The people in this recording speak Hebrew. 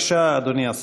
בבקשה, אדוני השר.